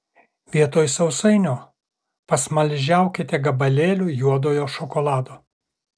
vietoj sausainio pasmaližiaukite gabalėliu juodojo šokolado